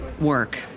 work